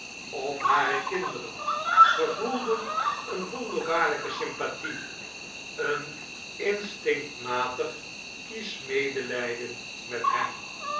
of hare kinderen gevoelden een wonderbaarlijke sympathie een instinctmatig kiesch medeiyden met hem